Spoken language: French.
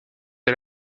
est